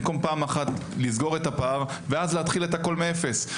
במקום פעם אחת לסגור את הפער ואז להתחיל את הכול מאפס.